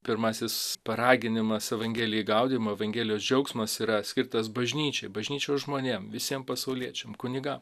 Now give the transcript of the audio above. pirmasis paraginimas evangelijai gaudymo evangelijos džiaugsmas yra skirtas bažnyčiai bažnyčios žmonėm visiems pasauliečiam kunigam